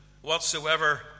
whatsoever